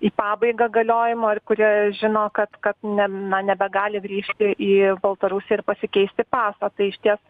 į pabaigą galiojimo ir kurie žino kad kad ne na nebegali grįžti į baltarusiją ir pasikeisti pasą tai išties